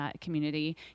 community